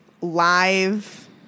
live